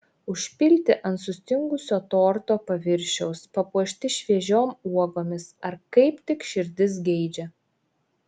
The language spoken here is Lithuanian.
užpilti ant sustingusio torto paviršiaus papuošti šviežiom uogomis ar kaip tik širdis geidžia